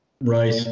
Right